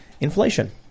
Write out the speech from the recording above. inflation